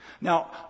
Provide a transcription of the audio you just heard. Now